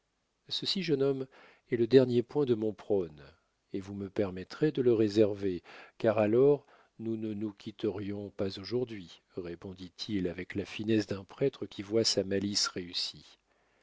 ceci jeune homme est le dernier point de mon prône et vous me permettrez de le réserver car alors nous ne nous quitterons pas aujourd'hui répondit-il avec la finesse d'un prêtre qui voit sa malice réussie